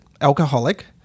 alcoholic